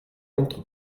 entre